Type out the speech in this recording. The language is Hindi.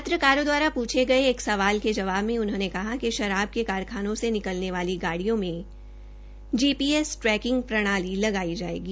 पत्रकारों द्वारा एक गए सवाल के जबाव में उन्होंने कहा कि शराब के कारखानों से निकलने वाली गाडिय़ों में जीपीएस ट्रैकिंग प्रणाली लगाई जायेगी